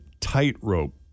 tightrope